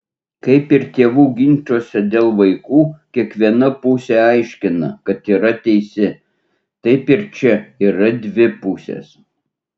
kaip ir tėvų ginčuose dėl vaikų kiekviena pusė aiškina kad yra teisi taip ir čia yra dvi pusės